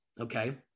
okay